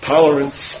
tolerance